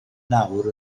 nawr